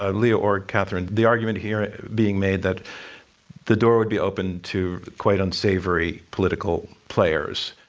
ah lee or katherine. the argument here being made that the door would be open to quite unsavory political players